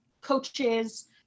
coaches